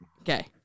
Okay